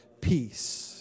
peace